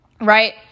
right